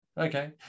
Okay